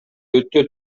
өтө